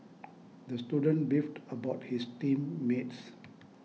the student beefed about his team mates